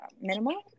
minimal